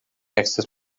access